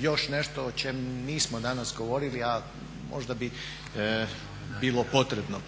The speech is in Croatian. još nešto o čemu nismo danas govorili, a možda bi bilo potrebno.